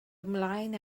ymlaen